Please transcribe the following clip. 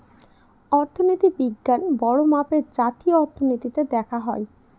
অর্থনীতি বিজ্ঞান বড়ো মাপে জাতীয় অর্থনীতিতে দেখা হয়